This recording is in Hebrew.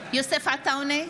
בהצבעה יוסף עטאונה,